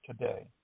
today